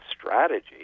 strategy